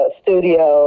studio